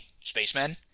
spacemen